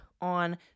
on